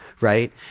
right